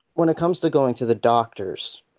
when it comes to going to the doctor, so